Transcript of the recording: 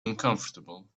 uncomfortable